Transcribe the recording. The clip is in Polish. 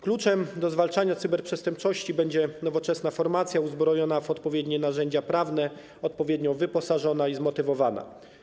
Kluczem do zwalczania cyberprzestępczości będzie nowoczesna formacja uzbrojona w odpowiednie narzędzia prawne, odpowiednio wyposażona i zmotywowana.